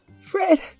Fred